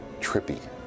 trippy